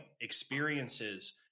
experiences